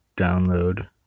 download